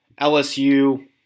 LSU